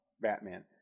Batman